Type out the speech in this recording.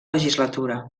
legislatura